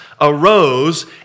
arose